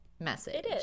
message